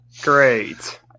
Great